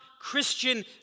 Christian